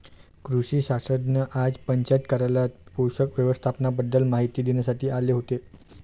कृषी शास्त्रज्ञ आज पंचायत कार्यालयात पोषक व्यवस्थापनाबाबत माहिती देण्यासाठी आले होते